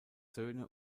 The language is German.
söhne